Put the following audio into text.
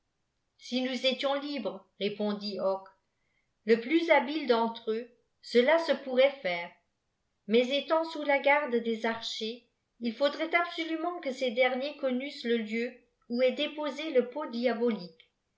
si nous élions libres répondit hocque le plus habile deritre eux cela se pourrait faire mais étant sous la garde des archers il faudrait absolument que ces derniers connussent le lieu où est déposé le pot diabolique